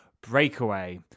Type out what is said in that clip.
Breakaway